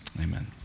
Amen